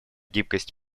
гибкость